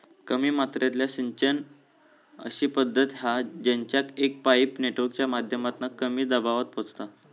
कमी मात्रेतला सिंचन अशी पद्धत हा जेच्यात एक पाईप नेटवर्कच्या माध्यमातना कमी दबावात पोचता